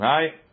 Right